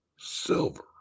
silver